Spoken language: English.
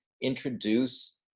introduce